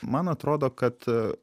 man atrodo kad